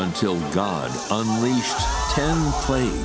until god unleashed play